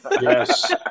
Yes